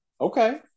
Okay